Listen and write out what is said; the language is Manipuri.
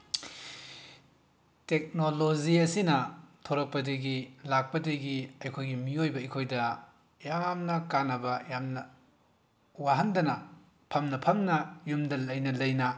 ꯇꯦꯛꯅꯣꯂꯣꯖꯤ ꯑꯁꯤꯅ ꯊꯣꯛꯂꯛꯄꯗꯒꯤ ꯂꯥꯛꯄꯗꯒꯤ ꯑꯩꯈꯣꯏꯒꯤ ꯃꯤꯑꯣꯏꯕ ꯑꯩꯈꯣꯏꯗ ꯌꯥꯝꯅ ꯀꯥꯟꯅꯕ ꯌꯥꯝꯅ ꯋꯥꯍꯟꯗꯅ ꯐꯝꯅ ꯐꯝꯅ ꯌꯨꯝꯗ ꯂꯩꯅ ꯂꯩꯅ